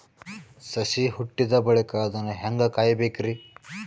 ಸಸಿ ಹುಟ್ಟಿದ ಬಳಿಕ ಅದನ್ನು ಹೇಂಗ ಕಾಯಬೇಕಿರಿ?